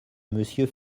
monsieur